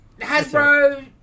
Hasbro